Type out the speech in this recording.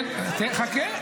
חכה.